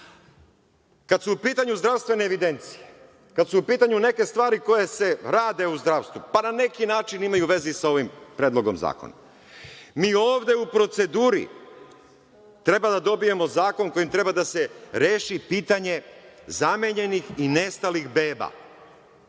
su pitanju zdravstvene evidencije, kada su u pitanju neke stvari koje se rade u zdravstvu, pa na neki način imaju veze i sa ovim predlogom zakona, mi ovde u proceduri treba da dobijemo zakon kojim treba da se reši pitanje zamenjenih i nestalih beba.